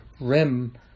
rim